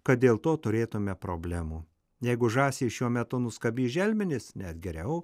kad dėl to turėtumėme problemų jeigu žąsys šiuo metu nuskabys želmenys net geriau